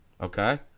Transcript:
Okay